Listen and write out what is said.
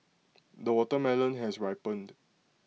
the watermelon has ripened